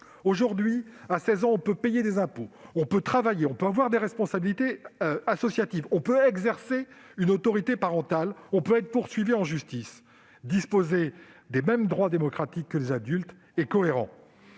Aujourd'hui, à 16 ans, on peut payer des impôts, travailler, avoir des responsabilités associatives, exercer une autorité parentale, être poursuivi en justice. Vouloir disposer des mêmes droits démocratiques que les adultes semble cohérent.